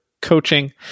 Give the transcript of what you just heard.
coaching